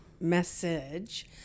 message